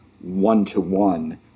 one-to-one